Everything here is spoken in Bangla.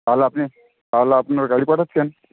তাহলে আপনি তাহলে আপনার গাড়ি পাঠাচ্ছেন